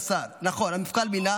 נכון, המפכ"ל מינה.